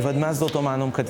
vat mes dėl to manom kad